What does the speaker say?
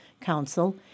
Council